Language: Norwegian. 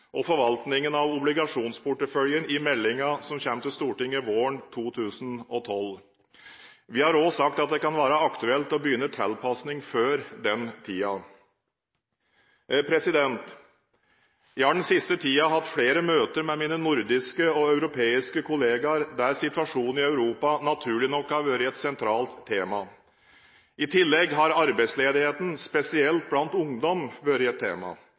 og forvaltningen av obligasjonsporteføljen i meldingen som kommer til Stortinget våren 2012. Vi har også sagt at det kan være aktuelt å begynne en tilpasning før den tid. Jeg har den siste tiden hatt flere møter med mine nordiske og europeiske kollegaer der situasjonen i Europa naturlig nok har vært et sentralt tema. I tillegg har arbeidsledigheten, spesielt blant ungdom, vært et tema.